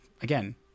again